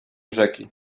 rzeki